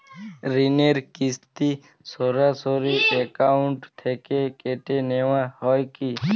ঋণের কিস্তি সরাসরি অ্যাকাউন্ট থেকে কেটে নেওয়া হয় কি?